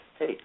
hey